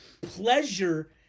pleasure